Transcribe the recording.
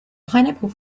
pineapple